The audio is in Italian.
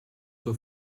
suo